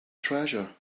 treasure